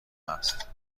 است